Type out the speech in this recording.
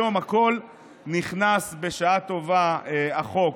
היום בשעה טובה נכנס החוק